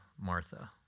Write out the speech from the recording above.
Martha